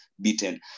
beaten